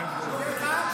אני אשמח לשבת איתך.